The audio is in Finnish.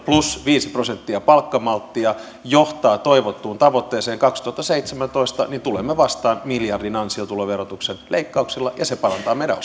plus viisi prosenttia palkkamalttia johtaa toivottuun tavoitteeseen kaksituhattaseitsemäntoista niin tulemme vastaan miljardin ansiotuloverotuksen leikkauksilla ja se parantaa meidän